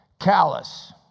callous